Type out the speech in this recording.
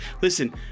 listen